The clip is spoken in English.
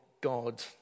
God